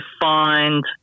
find